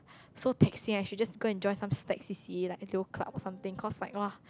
so taxing I should just go and join some slack C_C_A like L_E_O club or something cause like [wah]